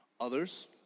Others